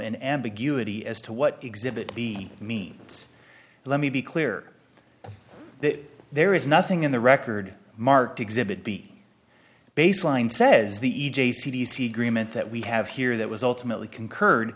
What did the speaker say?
an ambiguity as to what exhibit b means let me be clear that there is nothing in the record marked exhibit b baseline says the e j c d c agreement that we have here that was ultimately concurred